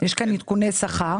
יש כאן עדכוני שכר.